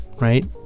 right